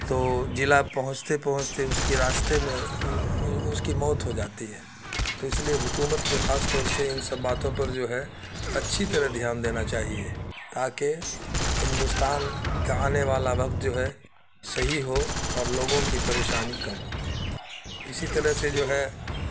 تو ضلع پہنچتے پہنچتے اس کی راستے میں اس کی موت ہو جاتی ہے تو اس لیے حکومت کو خاص طور سے ان سب باتوں پر جو ہے اچھی طرح دھیان دینا چاہیے تاکہ ہندوستان کا آنے والا وقت جو ہے صحیح ہو اور لوگوں کی پریشانی کم ہو اسی طرح سے جو ہے